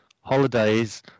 holidays